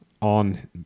on